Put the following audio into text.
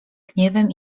gniewem